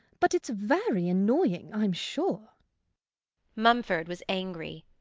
but it's very annoying, i'm sure mumford was angry.